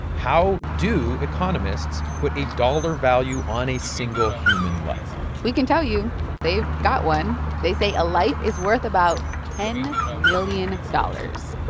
how do economists put a dollar value on a single human life? we can tell you they've got one. they say a life is worth about ten million dollars.